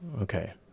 okay